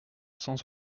cent